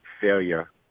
failure